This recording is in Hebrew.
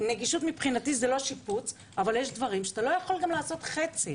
נגישות מבחינתי זה לא שיפוץ אבל יש דברים שאתה לא יכול לעשות אותם חצי.